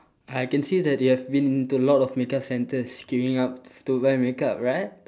I can see that you have been to a lot of makeup centres queueing up to go and makeup right